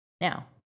Now